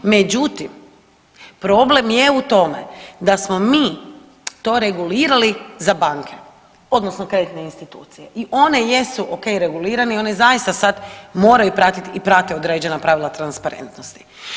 Međutim, problem je u tome da smo mi to regulirali za banke, odnosno kreditne institucije i one jesu o.k. regulirane i one zaista sad moraju pratiti i prate određena pravila transparentnosti.